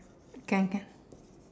can can